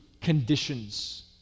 conditions